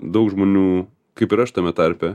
daug žmonių kaip ir aš tame tarpe